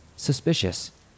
Suspicious